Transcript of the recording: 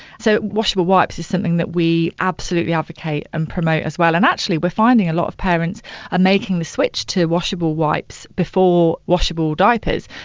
so washable wipes is something that we absolutely advocate and promote as well. and actually, we're finding a lot of parents are making the switch to washable wipes before washable diapers,